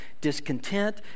discontent